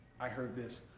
i heard this.